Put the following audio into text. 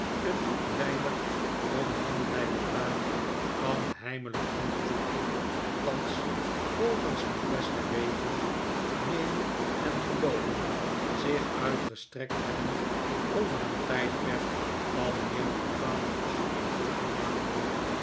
een niet weinig omvangrijke taak van heimelijk onderzoek thans volgens mijn beste weten meenen en gelooven zich uitgestrekt hebbend over een tijdperk van meer dan twaalf achtereenvolgende maanden